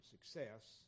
success